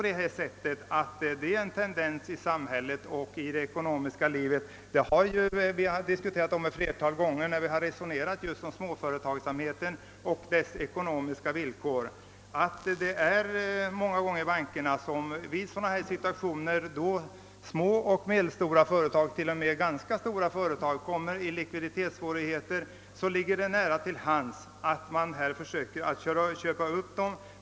Det råder ju en tendens inom det ekonomiska livet — det har vi konstaterat ett flertal gånger när vi har diskuterat småföretagsamhetens ekonomiska villkor — till att banker, när små och medelstora och t.o.m. ganska stora företag råkar i likviditetssvårigheter, försöker köpa upp dem.